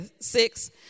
six